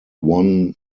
won